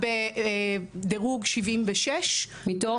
אנחנו נמצאים בדרוג 76. מתוך?